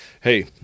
hey